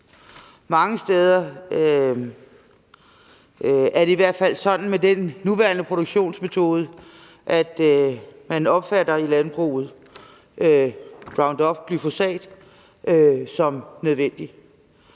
Mange steder er det i hvert fald sådan med den nuværende produktionsmetode, at man i landbruget opfatter Roundup, glyfosat, som nødvendigt.